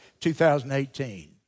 2018